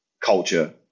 culture